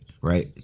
Right